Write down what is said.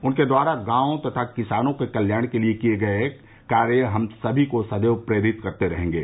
उनके द्वारा गांव तथा किसानों के कल्याण के लिये किये गये कार्य हम सभी को सदैव प्रेरित करते रहेंगे